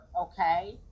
okay